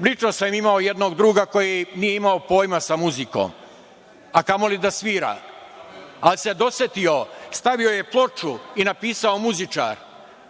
lično sam imao jednog druga koji nije imao pojma sa muzikom, a kamoli da svira, ali se dosetio, stavio je ploču i napisao muzičar.